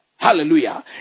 Hallelujah